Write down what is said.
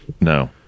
No